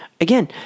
again